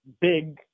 big